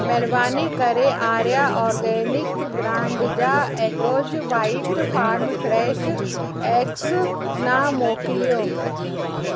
महिरबानी करे Arya organic brand जा Eggoz white farm fresh eggs न मोकिलियो